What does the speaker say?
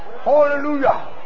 Hallelujah